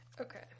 Okay